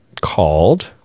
called